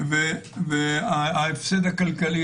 וההפסד הכלכלי